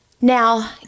Now